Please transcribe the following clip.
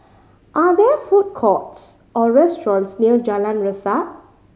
are there food courts or restaurants near Jalan Resak